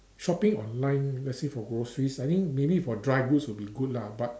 shopping online let's say for groceries I think maybe for dry goods will be good lah but